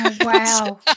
wow